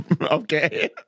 Okay